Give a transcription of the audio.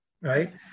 right